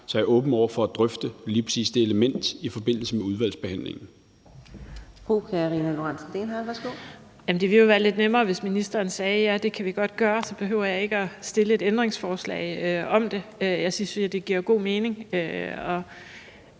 er jeg åben over for at drøfte lige præcis det element i forbindelse med udvalgsbehandlingen.